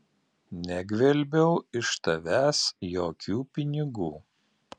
negvelbiau iš tavęs jokių pinigų